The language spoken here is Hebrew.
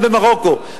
גם במרוקו,